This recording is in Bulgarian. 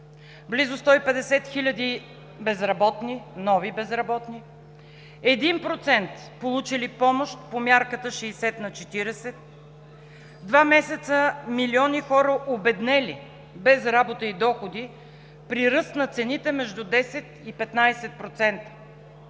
близо 150 хиляди нови безработни, 1%, получили помощ по мярката 60 на 40; два месеца милиони хора, обеднели, без работа и доходи при ръст на цените между 10 и 15%;